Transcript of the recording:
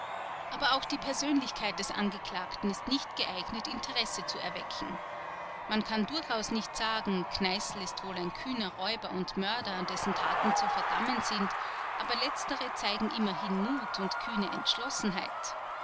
aber auch die persönlichkeit des angeklagten ist nicht geeignet interesse zu erwecken man kann durchaus nicht sagen kneißl ist wohl ein kühner räuber und mörder dessen taten zu verdammen sind aber letztere zeigen immerhin mut und kühne entschlossenheit